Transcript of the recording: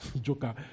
joker